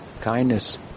kindness